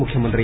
മുഖ്യമന്ത്രി